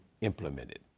implemented